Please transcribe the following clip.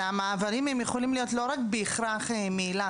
שהמעברים יכולים להיות לא רק בהכרח מאילת,